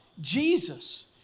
Jesus